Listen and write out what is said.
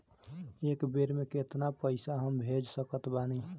एक बेर मे केतना पैसा हम भेज सकत बानी?